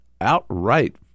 outright